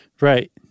Right